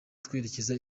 twerekeza